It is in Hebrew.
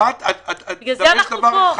זה חוצפה.